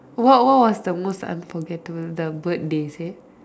what what was the most unforgettable the bird they say